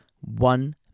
one